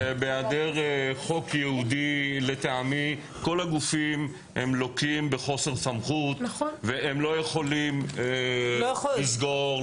בהיעדר חוק ייעודי כל הגופים לוקים בחוסר סמכות והם לא יכולים לסגור,